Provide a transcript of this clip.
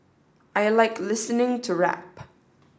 I like listening to rap